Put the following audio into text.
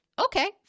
Okay